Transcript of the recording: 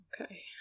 Okay